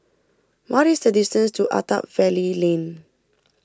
what is the distance to Attap Valley Lane